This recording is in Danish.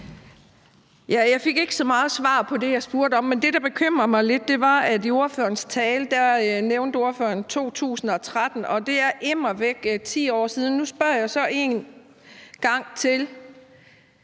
Jeg fik ikke så meget svar på det, jeg spurgte om. Det, der bekymrer mig lidt, var, at ordføreren i sin tale nævnte 2013, og det er immer væk 10 år siden. Nu spørger jeg så en gang til: